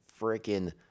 freaking